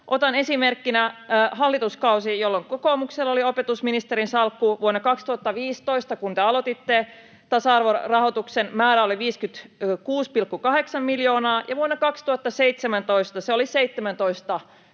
Otan esimerkkinä hallituskauden, jolloin kokoomuksella oli opetusministerin salkku: vuonna 2015, kun te aloititte, tasa-arvorahoituksen määrä oli 56,8 miljoonaa, ja vuonna 2017 se oli 17,028